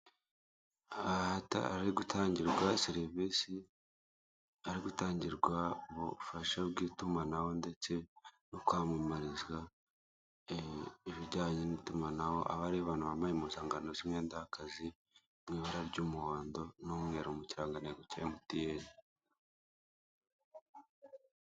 Ahari gutangirwa serivise ahari gutangirwa ubufasha bw'itumanaho ndetse no kwamamariza ibijyanye n'itumanaho ahariho abantu bambaye impuzankano z'umwenda w'akazi mu ibara ry'umuhond n'umweru mu kirangantego cya emutiyeni.